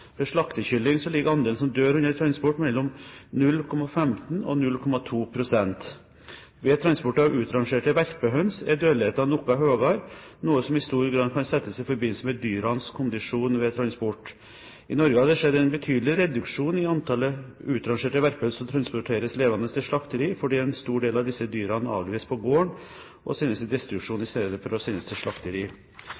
slaktekylling ligger andelen som dør under transport, på mellom 0,15 pst. og 0,2 pst. Ved transport av utrangerte verpehøns er dødeligheten noe høyere, noe som i stor grad kan settes i forbindelse med dyrenes kondisjon ved transport. I Norge har det skjedd en betydelig reduksjon i antallet utrangerte verpehøns som transporteres levende til slakteri, fordi en stor del av disse dyrene avlives på gården og sendes til destruksjon i